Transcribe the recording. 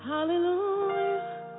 Hallelujah